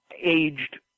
aged